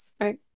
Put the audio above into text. right